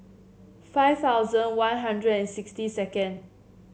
five thousand One Hundred and sixty second